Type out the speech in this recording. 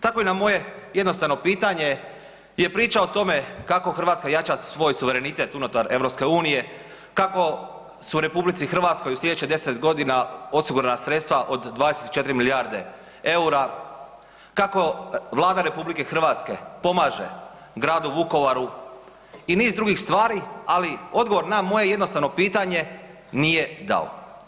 Tako i na moje jednostavno pitanje je pričao o tome kako Hrvatska jača svoj suverenitet unutar EU, kako su u RH u sljedećoj 10 godina osigurana sredstva od 24 milijarde eura, kako Vlada RH pomaže Gradu Vukovaru i niz drugih stvari, ali odgovor na moje jednostavno pitanje nije dao.